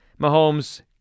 Mahomes